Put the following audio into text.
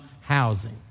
housing